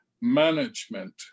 management